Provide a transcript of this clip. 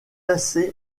assez